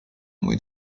mój